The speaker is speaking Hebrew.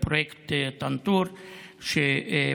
איש אינו מגלה רגשות של בושה,